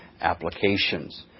Applications